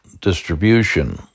distribution